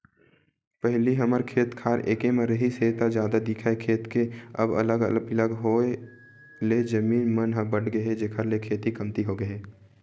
पहिली हमर खेत खार एके म रिहिस हे ता जादा दिखय खेत के अब अलग बिलग के होय ले जमीन मन ह बटगे हे जेखर ले खेती कमती होगे हे